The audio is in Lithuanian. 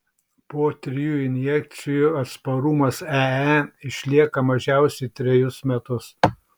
po trijų injekcijų atsparumas ee išlieka mažiausiai trejus metus